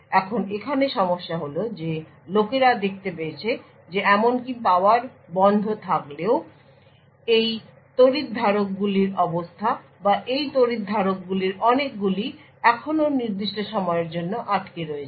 এখন এখানে সমস্যা হল যে লোকেরা দেখতে পেয়েছে যে এমনকি পাওয়ার বন্ধ থাকলেও এই তড়িৎ ধারকগুলির অবস্থা বা এই তড়িৎ ধারকগুলির অনেকগুলি এখনও নির্দিষ্ট সময়ের জন্য আটকে রয়েছে